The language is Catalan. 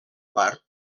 part